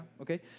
Okay